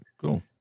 cool